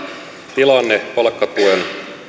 tilanne palkkatuen